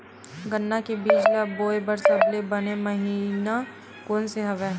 गन्ना के बीज ल बोय बर सबले बने महिना कोन से हवय?